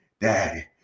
daddy